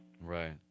Right